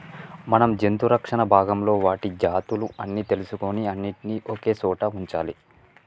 మనం జంతు రక్షణ భాగంలో వాటి జాతులు అన్ని తెలుసుకొని అన్నిటినీ ఒకే సోట వుంచాలి